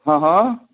हँ हँ